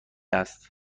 است